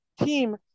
team